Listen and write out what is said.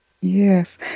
Yes